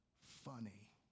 funny